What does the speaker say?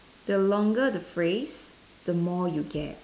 the longer the phrase the more you get